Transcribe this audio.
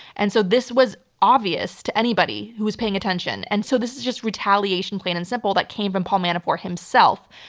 and so this was obvious to anybody who was paying attention, and so this is just retaliation, plain and simple, that came from paul manafort himself.